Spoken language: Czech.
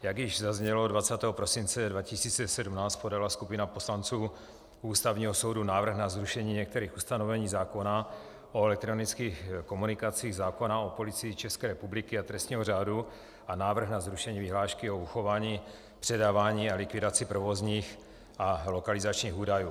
Jak již zaznělo, 20. prosince 2017 podala skupina poslanců u Ústavního soudu návrh na zrušení některých ustanovení zákona o elektronických komunikacích, zákona o Policii České republiky a trestního řádu a návrh na zrušení vyhlášky o uchování, předávání a likvidaci provozních a lokalizačních údajů.